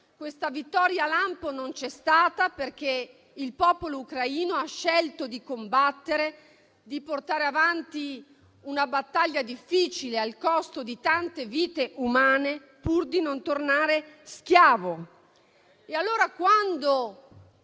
Questa vittoria lampo non c'è stata, perché il popolo ucraino ha scelto di combattere, di portare avanti una battaglia difficile, al costo di tante vite umane, pur di non tornare schiavo. Allora, quando